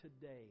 today